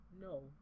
no